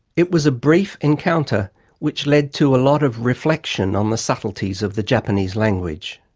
it was a brief encounter which led to a lot of reflection on the subtleties of the japanese language.